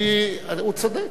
הוא צודק.